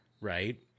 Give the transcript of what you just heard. right